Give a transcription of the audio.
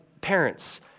Parents